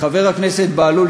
חבר הכנסת בהלול,